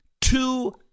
two